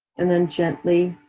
and then gently,